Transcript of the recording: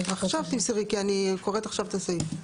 עכשיו תמסרי, כי אני קוראת עכשיו את הסעיף.